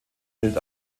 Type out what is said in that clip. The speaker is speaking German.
gilt